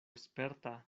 sperta